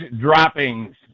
droppings